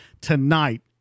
Tonight